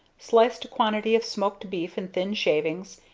sliced a quantity of smoked beef in thin shavings,